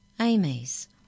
Amy's